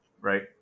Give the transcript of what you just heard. right